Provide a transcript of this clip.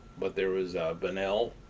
but there was bunnell